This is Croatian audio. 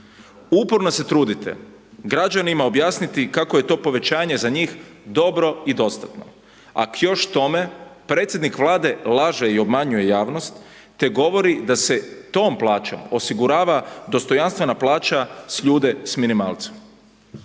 Uporno se trudite građanima objasniti kako je to povećanje za njih dobro i dostatno, a k još tome predsjednik Vlade laže i obmanjuje javnost te govori da se tom plaćom osigurava dostojanstvena plaća s ljude s minimalcem.